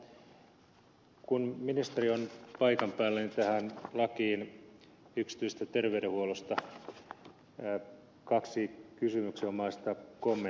mutta kun ministeri on paikan päällä niin tähän lakiin yksityisestä terveydenhuollosta kaksi kysymyksenomaista kommenttia